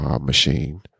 machine